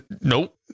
nope